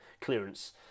clearance